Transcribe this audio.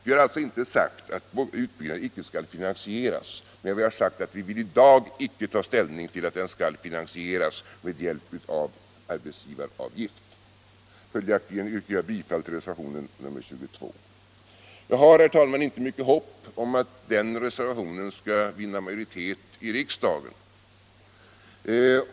Vi har alltså inte sagt att utbyggnaden inte skall finansieras, men vi har sagt att vi vill i dag icke ta ställning till att den skall finansieras med hjälp av arbetsgivaravgift. Följaktligen yrkar jag bifall till reservation nr 22. Jag har, herr talman, inte mycket hopp om att den reservationen skall vinna majoritet i riksdagen.